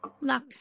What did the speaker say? Luck